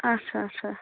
اَچھا اَچھا